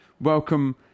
Welcome